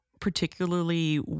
particularly